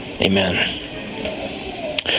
Amen